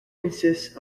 consists